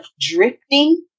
drifting